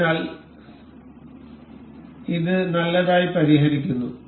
അതിനാൽ ഇത് നല്ലതായി പരിഹരിക്കുന്നു